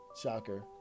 Shocker